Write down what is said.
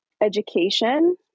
education